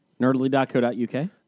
Nerdly.co.uk